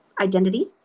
identity